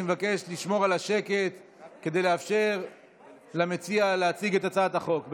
אני מבקש לשמור על השקט כדי לאפשר למציע להציג את הצעת החוק.